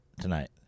tonight